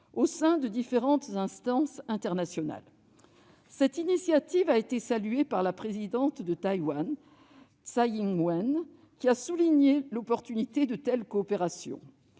au sein de différentes instances internationales. Cette initiative a été saluée par la Présidente de Taïwan, Tsai Ing-wen, qui a souligné la pertinence de telles coopérations.